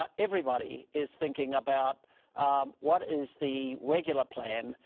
um everybody is thinking about what is the regular plan,